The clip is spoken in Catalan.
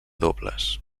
dobles